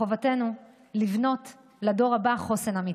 מחובתנו לבנות לדור הבא חוסן אמיתי.